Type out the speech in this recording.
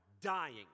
dying